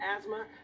asthma